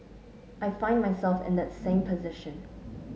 I find myself in that same position